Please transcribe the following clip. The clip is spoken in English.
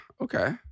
okay